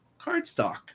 cardstock